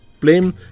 blame